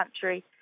country